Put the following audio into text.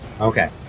Okay